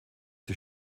sie